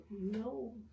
no